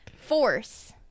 force